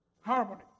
harmony